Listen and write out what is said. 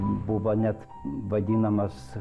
buvo net vadinamas